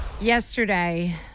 Yesterday